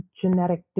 genetic